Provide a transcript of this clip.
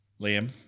Liam